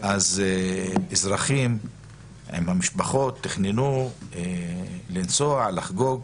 אזרחים ומשפחותיהם תכננו לנסוע ולחגוג,